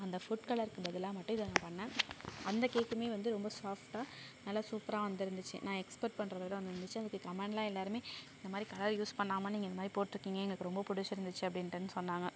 அந்த ஃபுட் கலருக்கு பதிலாக மட்டும் இதை நான் பண்ணேன் அந்த கேக்குமே வந்து ரொம்ப சாஃப்டாக நல்லா சூப்பராக வந்திருந்துச்சி நான் எக்ஸ்பெக்ட் பண்ணுறத விட வந்திருச்சி அதுக்கு கமெண்ட்லாம் எல்லோருமே இந்த மாதிரி கலர் யூஸ் பண்ணாமல் நீங்கள் இந்த மாதிரி போட்டுருக்கீங்க எங்களுக்கு ரொம்ப பிடிச்சிருந்துச்சி அப்டின்ட்டுன்னு சொன்னாங்க